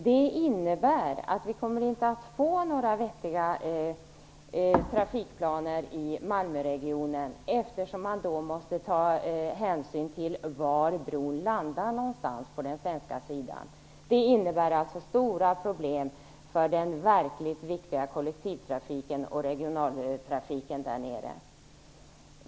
Det innebär att vi inte kommer att få några vettiga trafikplaner i Malmöregionen eftersom man då måste ta hänsyn till var bron landar någonstans på den svenska sidan. Det innebär alltså stora problem för den verkligt viktiga kollektivtrafiken och regionaltrafiken där nere.